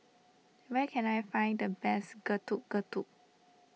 where can I find the best Getuk Getuk